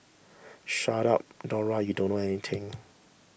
shut up Dora you don't know anything